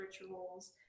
rituals